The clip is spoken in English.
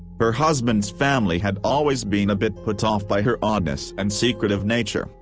her husband's family had always been a bit put-off by her oddness and secretive nature,